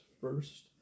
first